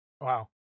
Wow